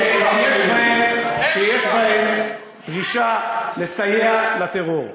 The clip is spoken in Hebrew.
שיש בהם דרישה לסייע לטרור.